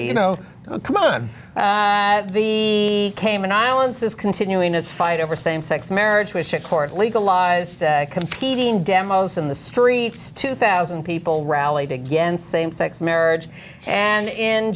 you know come on the cayman islands is continuing this fight over same sex marriage which of course legalized competing demos in the streets two thousand people rallied against same sex marriage and in